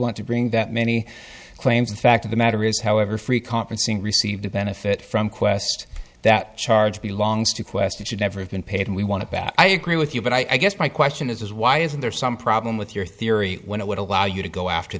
want to bring that many claims the fact of the matter is however free conferencing received a benefit from qwest that charge belongs to question should never have been paid and we want to back i agree with you but i guess my question is why isn't there some problem with your theory when it would allow you to go after